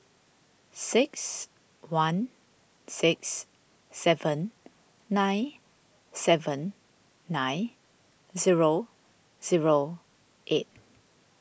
six one six seven nine seven nine zero zero eight